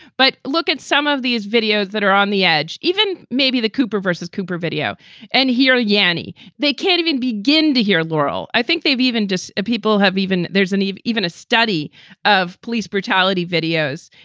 but look at some of these videos that are on the edge. even maybe the cooper versus cooper video and hear yanni. they can't even begin to hear laurel. i think they've even just people have even there's an even even a study of police brutality videos.